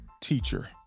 teacher